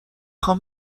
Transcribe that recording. خوام